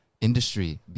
industry